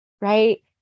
right